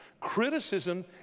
Criticism